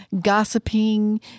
gossiping